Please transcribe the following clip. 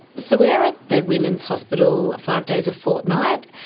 so we are at the women's hospital five days a fortnight,